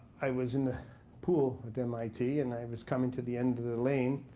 i was in the pool at mit, and i was coming to the end of the lane.